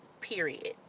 Period